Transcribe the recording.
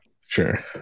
Sure